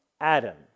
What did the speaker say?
Adam